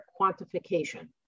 quantification